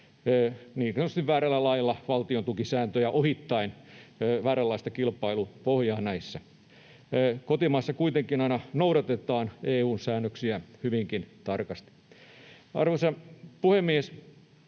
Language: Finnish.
niin sanotusti väärällä lailla valtiontukisääntöjä ohittaen vääränlaista kilpailupohjaa näissä. Kotimaassa kuitenkin aina noudatetaan EU:n säännöksiä hyvinkin tarkasti. Arvoisa puhemies!